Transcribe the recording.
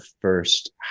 first